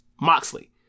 Moxley